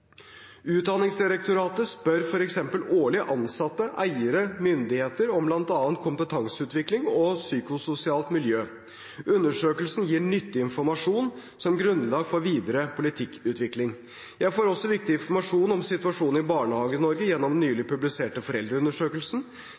Utdanningsdirektoratet spør f.eks. årlig ansatte, eiere og myndigheter om bl.a. kompetanseutvikling og psykososialt miljø. Undersøkelsen gir nyttig informasjon som grunnlag for videre politikkutvikling. Jeg får også viktig informasjon om situasjonen i Barnehage-Norge gjennom den nylig publiserte foreldreundersøkelsen.